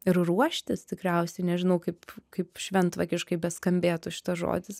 ir ruoštis tikriausiai nežinau kaip kaip šventvagiškai beskambėtų šitas žodis